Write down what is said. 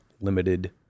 limited